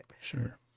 Sure